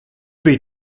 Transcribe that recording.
bija